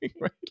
Right